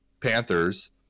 Panthers